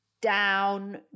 down